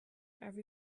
every